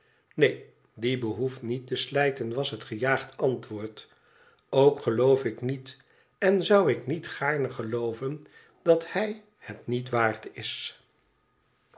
neen die behoeft niet te slijten was het gejaagde antwoord ook geloof ik niet en zou ik niet gaarne gelooven dat hij het niet waard is